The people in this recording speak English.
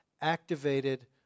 activated